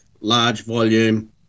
large-volume